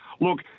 Look